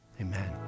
Amen